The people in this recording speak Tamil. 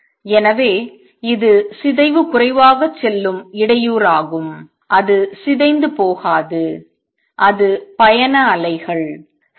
எனவே இது சிதைவு குறைவாகச் செல்லும் இடையூறாகும் அது சிதைந்து போகாது அது பயண அலைகள்